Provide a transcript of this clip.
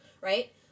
right